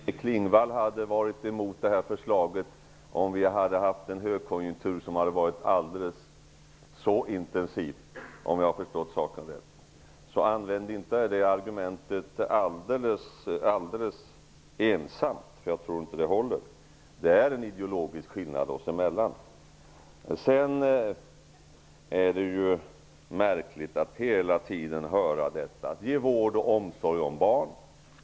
Herr talman! Om jag har förstått saken rätt hade Maj-Inger Klingvall varit emot det här förslaget om vi så hade befunnit oss i en mycket intensiv högkonjunktur. Maj-Inger Klingvall bör därför inte ensamt använda lågkonjunkturen som argument -- jag tror inte att det håller. Det är en ideologisk skillnad oss emellan. Det är märkligt att hela tiden få höra att vi skall satsa på vård och omsorg om barn.